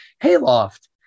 Hayloft